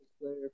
player